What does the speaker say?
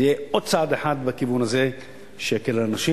זה יהיה עוד צעד אחד בכיוון הזה שיקל על האנשים.